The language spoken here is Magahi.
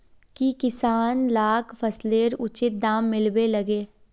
की किसान लाक फसलेर उचित दाम मिलबे लगे?